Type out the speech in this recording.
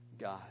God